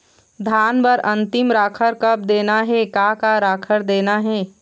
धान बर अन्तिम राखर कब देना हे, का का राखर देना हे?